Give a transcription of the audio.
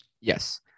Yes